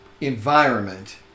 environment